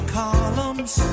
columns